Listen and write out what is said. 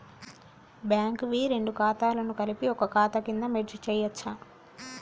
Bank వి రెండు ఖాతాలను కలిపి ఒక ఖాతా కింద మెర్జ్ చేయచ్చా?